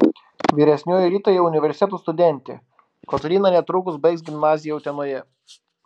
vyresnioji rita jau universiteto studentė kotryna netrukus baigs gimnaziją utenoje